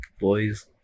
Boys